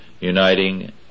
uniting